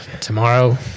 Tomorrow